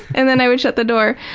and then i would shut the door.